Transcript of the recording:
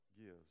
gives